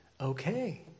Okay